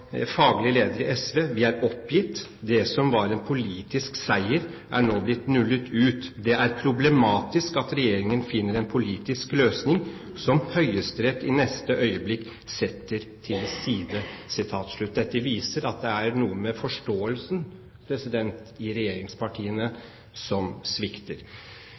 faglig leder i SV: «Vi er oppgitt. Det som var en politisk seier, er nå blitt nullet ut. Det er problematisk at Regjeringen finner en politisk løsning som Høyesterett i neste øyeblikk setter til side.» Dette viser at det er noe med forståelsen i regjeringspartiene som svikter.